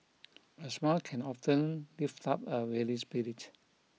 a smile can often lift up a weary spirit